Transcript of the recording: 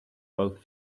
both